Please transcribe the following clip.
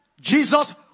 Jesus